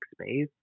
space